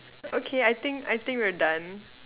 okay I think I think we're done